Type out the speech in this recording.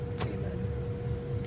Amen